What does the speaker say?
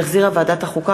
שהחזירה ועדת החוקה,